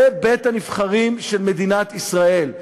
זה בית-הנבחרים של מדינת ישראל.